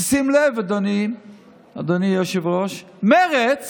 שים לב, אדוני היושב-ראש, שמרצ